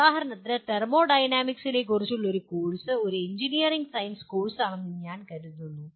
ഉദാഹരണത്തിന് തെർമോഡൈനാമിക്സിനെക്കുറിച്ചുള്ള ഒരു കോഴ്സ് ഒരു എഞ്ചിനീയറിംഗ് സയൻസ് കോഴ്സാണെന്ന് ഞാൻ കരുതുന്നു